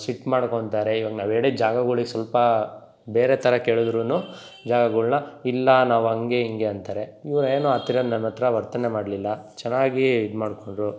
ಸಿಟ್ಟು ಮಾಡ್ಕೋತಾರೆ ಇವಾಗ ನಾವು ಹೇಳಿದ್ ಜಾಗಗಳಿಗೆ ಸ್ವಲ್ಪ ಬೇರೆ ಥರ ಕೇಳಿದ್ರೂ ಜಾಗಗಳನ್ನ ಇಲ್ಲ ನಾವು ಹಂಗೆ ಹಿಂಗೆ ಅಂತಾರೆ ಇವ್ರು ಏನು ಆ ಥರ ನನ್ನತ್ತಿರ ವರ್ತನೆ ಮಾಡಲಿಲ್ಲ ಚೆನ್ನಾಗಿ ಇದು ಮಾಡ್ಕೊಂಡರು